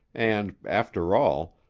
and, after all,